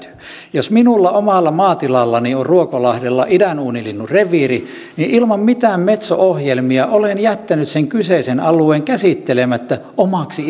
jos minulla omalla maatilallani on ruokolahdella idänuunilinnun reviiri niin ilman mitään metso ohjelmia olen jättänyt sen kyseisen alueen käsittelemättä omaksi